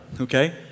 okay